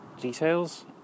details